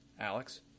alex